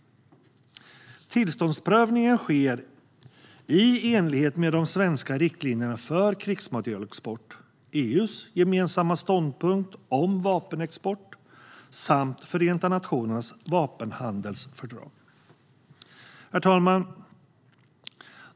Tillståndsprövningen sker i enlighet med de svenska riktlinjerna för krigsmaterielexport, EU:s gemensamma ståndpunkt om vapenexport samt Förenta nationernas vapenhandelsfördrag. Herr talman!